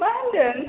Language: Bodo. मा होन्दों